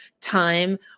time